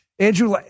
Andrew